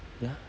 ya